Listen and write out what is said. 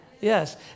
Yes